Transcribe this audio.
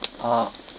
uh